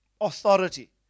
authority